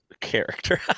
character